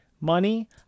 money